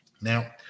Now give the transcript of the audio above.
Now